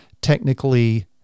technically